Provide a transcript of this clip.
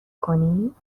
کنیم